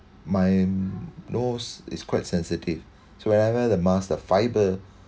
my nose is quite sensitive so wherever the mask the fibre